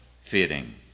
fitting